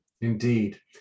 Indeed